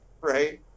right